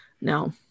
no